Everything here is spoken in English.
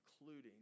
including